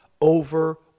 over